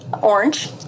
Orange